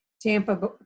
Tampa